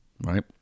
right